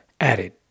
added